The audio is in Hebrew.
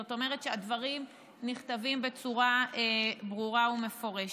זאת אומרת שהדברים נכתבים בצורה ברורה ומפורשת.